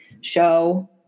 show